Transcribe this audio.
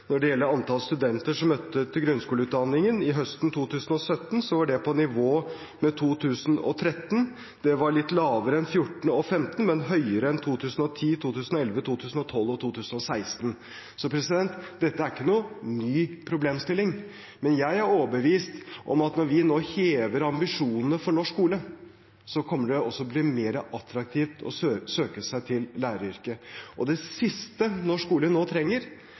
Når det gjelder antall studenter som møtte til grunnskoleutdanningen høsten 2017, var det på nivå med antallet i 2013. Det var litt lavere enn i 2014 og 2015, men høyere enn i 2010, 2011, 2012 og 2016. Så dette er ikke noen ny problemstilling. Men jeg er overbevist om at når vi nå hever ambisjonene for norsk skole, kommer det også til å bli mer attraktivt å søke seg til læreryrket. Det siste norsk skole nå trenger,